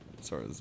Sorry